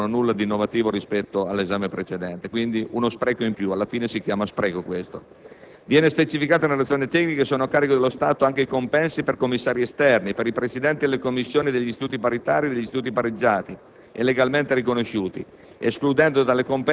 ed il tutto per un esame che non ha nulla di nuovo, di innovativo rispetto all'esame precedente. Quindi, uno spreco in più. Alla fine questo è! Viene specificato nella relazione tecnica che sono a carico dello Stato anche i compensi per commissari esterni e per i presidenti delle commissioni degli istituti paritari e degli istituti pareggiati